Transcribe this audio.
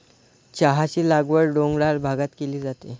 चहाची लागवड डोंगराळ भागात केली जाते